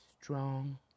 strong